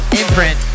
imprint